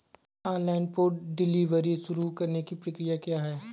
Online food delivery शुरू करने की प्रक्रिया क्या है?